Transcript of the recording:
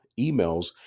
emails